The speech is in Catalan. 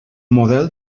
model